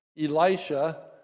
Elisha